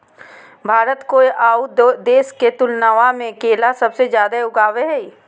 भारत कोय आउ देश के तुलनबा में केला सबसे जाड़े उगाबो हइ